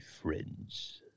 friends